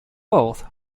both